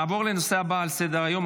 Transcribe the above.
נעבור לנושא הבא על סדר-היום,